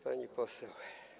Pani Poseł!